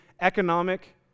economic